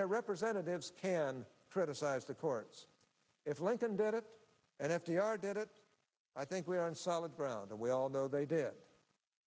their representatives can criticize the court if lincoln did it and f d r did it i think we are on solid ground and we all know they did it